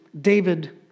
David